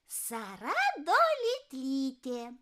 sara dolitlytė